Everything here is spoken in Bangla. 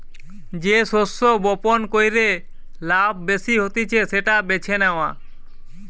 যে শস্য বপণ কইরে লাভ বেশি হতিছে সেটা বেছে নেওয়া